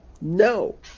No